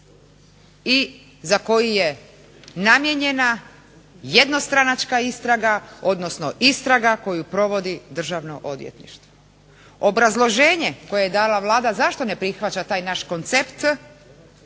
i za koji je namijenjena jednostranačka istraga odnosno istraga koju provodi Državno odvjetništvo. Obrazloženje koje je dala Vlada zašto ne prihvaća taj naš koncept